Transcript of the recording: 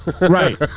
Right